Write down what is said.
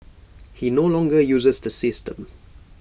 he no longer uses the system